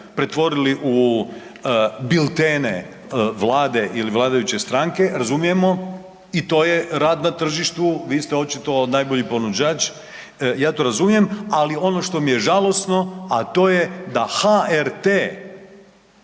pretvorili u biltene Vlade ili vladajuće stranke. Razumijemo i to je na rad na tržištu, vi ste očito najbolji ponuđač, ja to razumijem, ali ono što m je žalosno, a to je da HRT